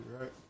right